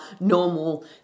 normal